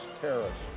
terrorists